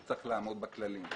הוא צריך לעמוד בכללים.